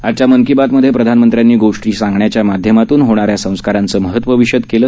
आजच्या मन की बातमध्ये प्रधानमंत्र्यांनी गोष्टी सांगण्याच्या माध्यमातून होणाऱ्या संस्कारांचं महत्व विषद केलं